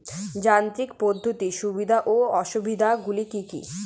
যান্ত্রিক পদ্ধতির সুবিধা ও অসুবিধা গুলি কি কি?